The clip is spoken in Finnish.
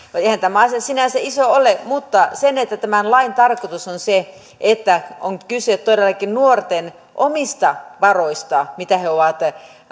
eihän tämä asia sinänsä iso ole mutta tämän lain tarkoitus on se että on kyse todellakin nuorten omista varoista mitä he ovat